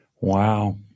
wow